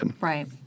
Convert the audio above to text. Right